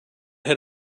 had